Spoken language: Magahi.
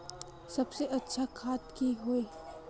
सबसे अच्छा खाद की होय?